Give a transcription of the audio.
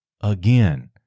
again